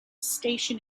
station